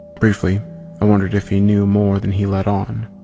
briefly i wondered if he knew more than he let on,